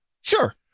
Sure